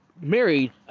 married